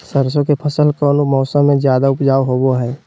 सरसों के फसल कौन मौसम में ज्यादा उपजाऊ होबो हय?